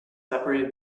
separated